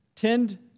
Tend